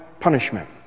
punishment